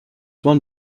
won